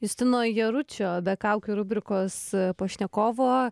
justino jaručio be kaukių rubrikos pašnekovo